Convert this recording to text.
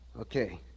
Okay